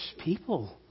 People